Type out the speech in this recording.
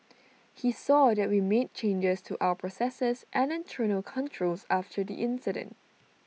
he saw that we made changes to our processes and internal controls after the incident